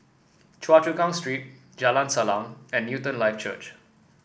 Choa Chu Kang Street Jalan Salang and Newton Life Church